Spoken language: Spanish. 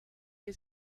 que